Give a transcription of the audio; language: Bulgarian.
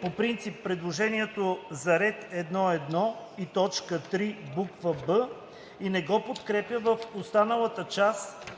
по принцип предложението за ред 1.1. и т. 3, буква „б“ и не го подкрепя в останалата част,